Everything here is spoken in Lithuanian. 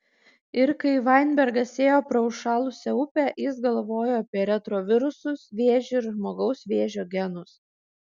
ir kai vainbergas ėjo pro užšalusią upę jis galvojo apie retrovirusus vėžį ir žmogaus vėžio genus